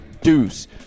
Deuce